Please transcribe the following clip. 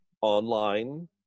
online